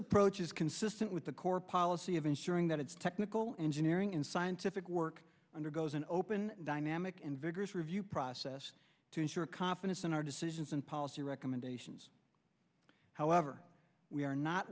approach is consistent with the core policy of ensuring that its technical engineering and scientific work undergoes an open dynamic and vigorous review process to ensure confidence in our decisions and policy recommendations however we are not